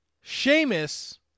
Sheamus